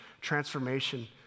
transformation